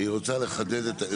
היא רוצה לחדד את,